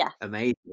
amazing